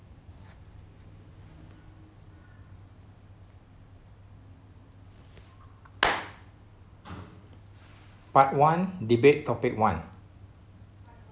part one debate topic one